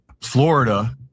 Florida